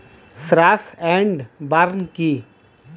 Slash and burn কি?